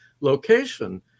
location